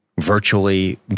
virtually